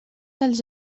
dels